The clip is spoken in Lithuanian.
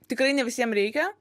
tikrai ne visiem reikia